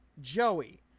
joey